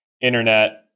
internet